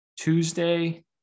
Tuesday